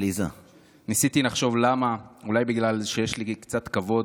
אולי בגלל שיש לי קצת כבוד,